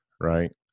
right